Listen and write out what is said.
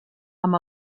amb